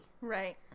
Right